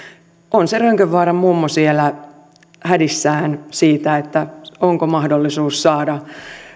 on se rönkönvaaran mummo siellä hädissään siitä onko mahdollisuus saada